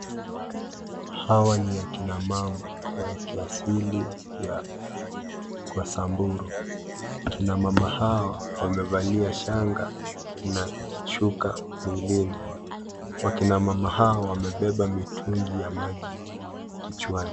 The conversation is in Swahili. Hawa ni akina mama wakiasiliya kwa Samburu. Akina mama hawa wamevalia shanga na shuka mwilini. Wakinamama hawa wamebeba mitungi ya maji kichwani.